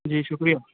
جی شکریہ